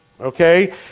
Okay